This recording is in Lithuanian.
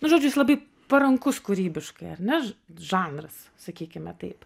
nu žodžiu jis labai parankus kūrybiškai ar nes žanras sakykime taip